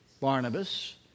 Barnabas